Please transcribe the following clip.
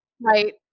right